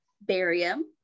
barium